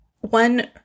One